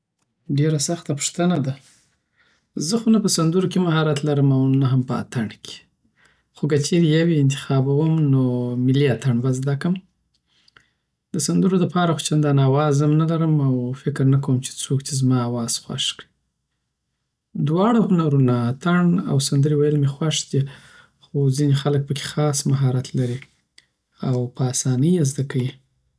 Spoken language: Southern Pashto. ډیره سخته پوښتنه ده زه خو نه په سندرو کی مهارت لرم او نه هم په اتڼ کی خو کچیری یو یی انتخابوم نو ملی اتڼ به زده کړم دسندرو دپاره خو چندان آواز هم نلرم او فکر نه کوم چی څوک دی زما آواز خوښ کړی دواړه هنرونه اتڼ او سندری ویل می خوښ دی خو ځنی خلګ پکی خاص مهارت لری او په اسانی یی زده کوی